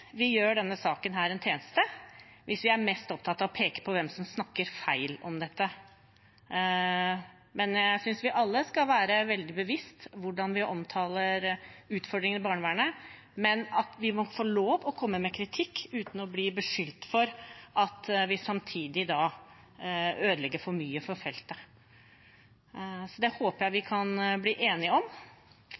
vi gjør denne saken en tjeneste hvis vi er mest opptatt av å peke på hvem som snakker feil om dette, men jeg synes vi alle skal være oss veldig bevisst hvordan vi omtaler utfordringene i barnevernet. Men at vi må få lov til å komme med kritikk uten å bli beskyldt for at vi samtidig ødelegger for mye for feltet, håper jeg vi kan bli enige om.